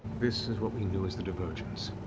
this is what we knew as the divergence.